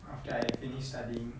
after I finish studying